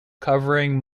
covering